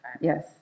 Yes